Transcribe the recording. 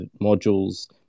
modules